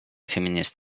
feminist